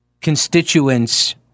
constituents